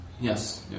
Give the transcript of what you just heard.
Yes